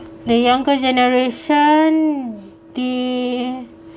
the younger generation they